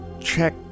check